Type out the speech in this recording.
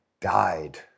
died